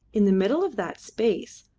in the middle of that space,